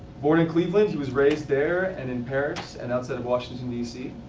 born in cleveland, he was raised there and in paris and outside of washington, dc.